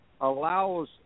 allows